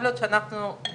גדולים